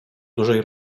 dużej